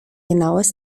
genaues